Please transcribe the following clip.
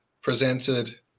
presented